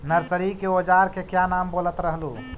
Nursery के ओजार के क्या नाम बोलत रहलू?